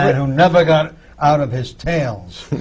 who never got out of his tails.